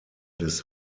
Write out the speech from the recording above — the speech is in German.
des